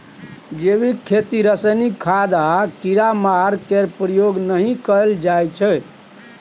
जैबिक खेती रासायनिक खाद आ कीड़ामार केर प्रयोग नहि कएल जाइ छै